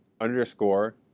underscore